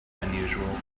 unusual